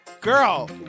Girl